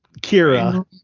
Kira